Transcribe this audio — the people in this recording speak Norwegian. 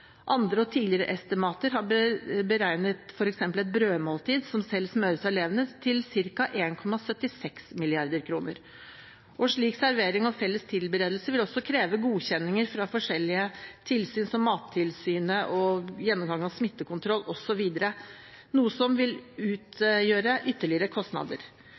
Andre og tidligere estimater har beregnet at servering av f. eks. et brødmåltid, som selv smøres av elevene på skolene, vil koste om lag 1,76 mrd. kr. Slik servering og felles tilberedelse vil også kreve godkjenning fra forskjellige tilsyn, som Mattilsynet, og gjennomgang av smittekontroll osv., noe som vil medføre ytterligere kostnader.